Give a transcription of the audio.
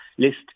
List